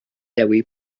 dewi